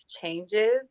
changes